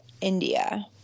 India